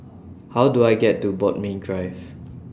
How Do I get to Bodmin Drive